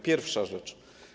Pierwsza rzecz.